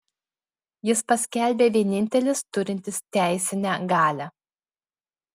jis paskelbė vienintelis turintis teisinę galią